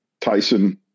Tyson